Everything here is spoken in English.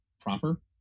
proper